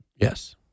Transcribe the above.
Yes